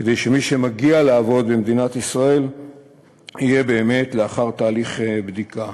כדי שמי שמגיע לעבוד במדינת ישראל יהיה באמת לאחר תהליך בדיקה.